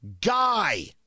guy